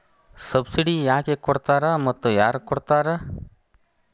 Subsidy ಯಾಕೆ ಕೊಡ್ತಾರ ಮತ್ತು ಯಾರ್ ಕೊಡ್ತಾರ್?